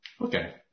Okay